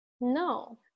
No